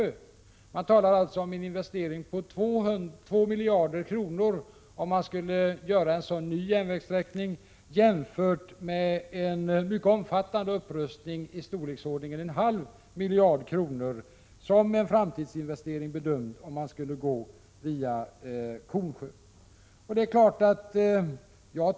Skall man bygga ut en sådan ny järnvägssträckning rör det sig alltså om en investering på 2 miljarder kronor — jämfört med en mycket omfattande upprustning i storleksordningen en halv miljard kronor, om man skall gå via Kornsjö.